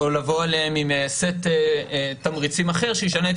או לבוא עם סט תמריצים אחר שישנה את